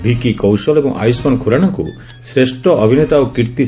ଭିକି କୌଶଲ ଏବଂ ଆୟୁଷ୍ମାନ ଖୁରାନାଙ୍କୁ ଶ୍ରେଷ୍ଠ ଅଭିନେତା ଓ କୀର୍ତ୍ତି